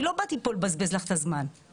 אני לא באתי פה לבזבז לך את הזמן כדי